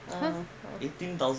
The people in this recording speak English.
ah